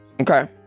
Okay